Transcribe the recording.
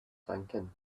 thinking